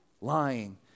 lying